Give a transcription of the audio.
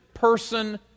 person